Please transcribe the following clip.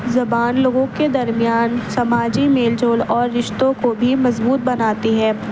زبان لوگوں کے درمیان سماجی میل جول اور رشتوں کو بھی مضبوط بناتی ہے